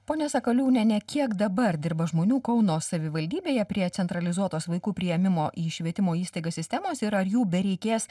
pone sakaliūniene kiek dabar dirba žmonių kauno savivaldybėje prie centralizuotos vaikų priėmimo į švietimo įstaigas sistemos ir ar jų bereikės